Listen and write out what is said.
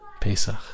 Pesach